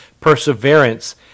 perseverance